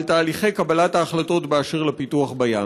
על תהליכי קבלת ההחלטות בכל הקשור לפיתוח בים.